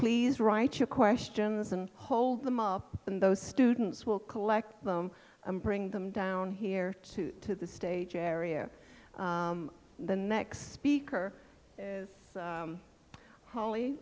please write your questions and hold them off and those students will collect them and bring them down here to the stage area the next speaker is holly